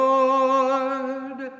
Lord